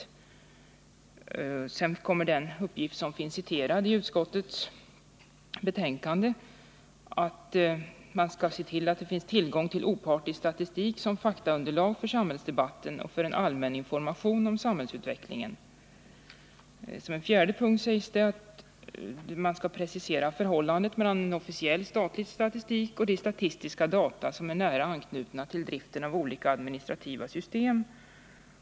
Som tredje punkt kommer den uppgift som finns citerad i utskottets betänkande, nämligen att utredningen skall se till att det finns tillgång till opartisk statistik som faktaunderlag för samhällsdebatten och för en allmän information om samhällsutvecklingen. I den fjärde punkten sägs att utredningen skall precisera förhållandet mellan den officiella statliga statistiken och de statistiska data som är nära anknutna till driften av olika administrativa system.